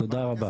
תודה רבה.